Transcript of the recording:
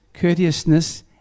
courteousness